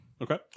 Okay